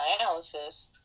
dialysis